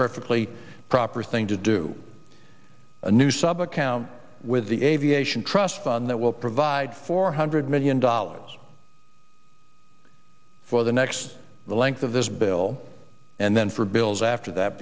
perfectly proper thing to do a new sub account with the aviation trust fund that will provide four hundred million dollars for the next the length of this bill and then for bills after that